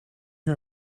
you